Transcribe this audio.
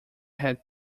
had